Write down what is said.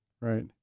Right